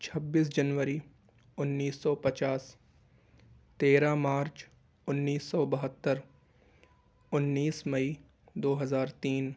چھبیس جنوری انیس سو پچاس تیرہ مارچ انیس سو بہتّر انیس مئی دو ہزار تین